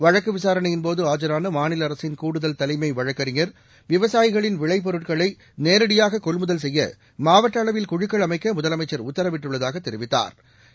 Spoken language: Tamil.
வழக்கு விசாரணையின் போது ஆஜரான மாநில அரசின் கூடுதல் தலைமை வழக்கறிஞர் விவசாயிகளின் விளைப்பொருட்களை நேரடியாக கொள்முதல் செய்ய மாவட்ட அளவில் குழுக்கள் அமைக்க முதலமைச்சர் உத்தரவிட்டுள்ளதாக தெரிவித்தாா்